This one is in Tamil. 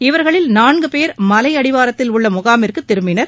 இவர்களில் நான்கு பேர் மலை அடிவாரத்தில் உள்ள முகாமிற்கு திரும்பினர்